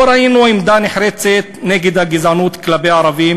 לא ראינו עמדה נחרצת נגד הגזענות כלפי הערבים